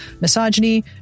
misogyny